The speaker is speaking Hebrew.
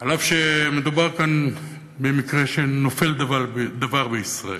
אף שמדובר כאן במקרה שנופל דבר בישראל.